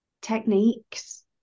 techniques